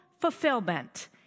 fulfillment